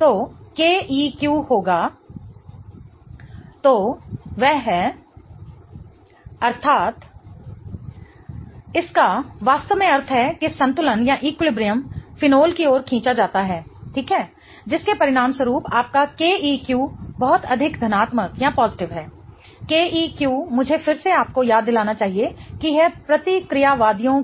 तो Keq होगा Keq 10 right pKa - left pKa तो वह है Keq 10 10 - 79 अर्थात् Keq 10 21 इसका वास्तव में अर्थ है कि संतुलन फिनोल की ओर खींचा जाता है ठीक जिसके परिणामस्वरूप आपका Keq बहुत अधिक धनात्मक है Keq मुझे फिर से आपको याद दिलाना चाहिए कि यह प्रतिक्रियावादियों